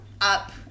up